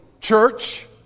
church